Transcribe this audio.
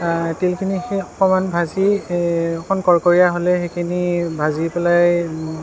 তিলখিনি সেই অকণমান ভাজি অকণমান কৰকৰীয়া হ'লে সেইখিনি ভাজি পেলাই